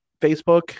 Facebook